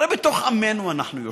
הרי בתוך עמנו אנחנו יושבים.